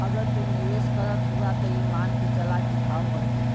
अगर तू निवेस करत हउआ त ई मान के चला की भाव बढ़ी